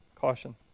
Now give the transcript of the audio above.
caution